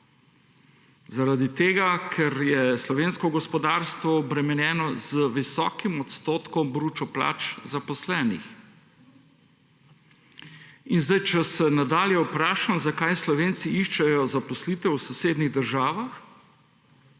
Zaradi tega ker je slovensko gospodarstvo obremenjeno z visokim odstotkom bruto plač zaposlenih. In če se nadalje vprašam: zakaj Slovenci iščejo zaposlitev v sosednjih državah?